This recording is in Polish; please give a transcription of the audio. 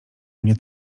mnie